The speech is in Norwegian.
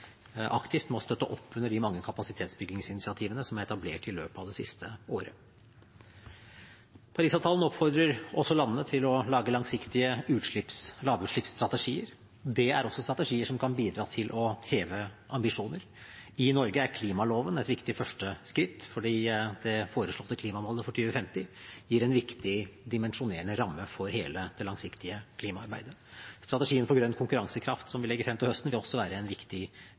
aktivt med å støtte opp under de mange kapasitetsbyggingsinitiativene som er etablert i løpet av det siste året. Parisavtalen oppfordrer også landene til å lage langsiktige lavutslippsstrategier. Det er også strategier som kan bidra til å heve ambisjoner. I Norge er klimaloven et viktig første skritt, for de foreslåtte klimamålene for 2050 gir en viktig dimensjonerende ramme for hele det langsiktige klimaarbeidet. Strategien for grønn konkurransekraft som vi legger frem til høsten, vil også være en viktig